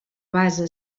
base